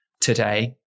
today